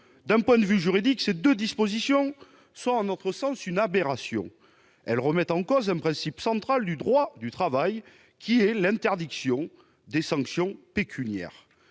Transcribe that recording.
D'un point de vue juridique, ces deux dispositions sont à notre sens une aberration. Elles remettent en cause un principe central du droit du travail, qui est l'interdiction des sanctions pécuniaires.